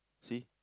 see